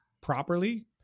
properly